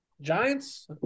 Giants